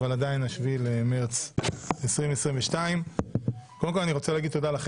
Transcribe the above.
ה-07 במרץ 2022. אני מתחיל במקבץ הנושאים השני של סדר